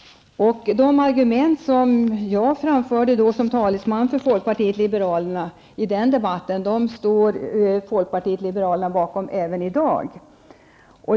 Och de argument som jag framförde i debatten den 30 maj som talesman för folkpartiet liberalerna står folkpartiet liberalerna bakom även i dag.